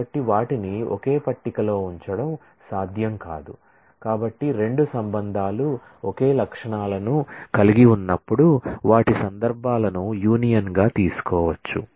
కాబట్టి వాటిని ఒకే టేబుల్లో ఉంచడం సాధ్యం కాదు కాబట్టి రెండు రిలేషన్లు ఒకే అట్ట్రిబ్యూట్లను కలిగి ఉన్నప్పుడు వాటి సందర్భాలను యూనియన్గా తీసుకోవచ్చు